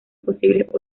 posibles